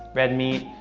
red meat,